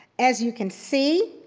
as you can see,